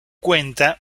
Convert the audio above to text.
cuenta